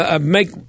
make